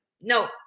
no